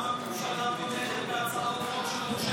למה הממשלה תומכת בהצעת החוק של עונשי מינימום?